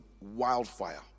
wildfire